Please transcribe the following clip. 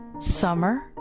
summer